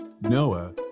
Noah